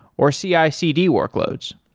or cicd workloads